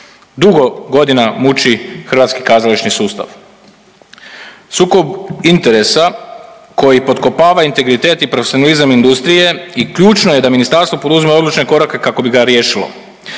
dugo godina muči hrvatski kazališni sustav. Sukob interesa koji potkopava integritet i profesionalizam industrije i ključno je da Ministarstvo poduzme odlučne korake kako bi ga riješilo,